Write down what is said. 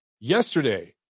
yesterday